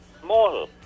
small